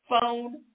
phone